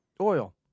Oil